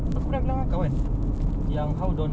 for data collection